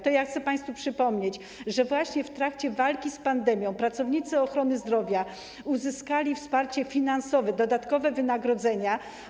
To chcę państwu przypomnieć, że właśnie w trakcie walki z pandemią pracownicy ochrony zdrowia uzyskali wsparcie finansowe, dodatkowe wynagrodzenia.